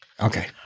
Okay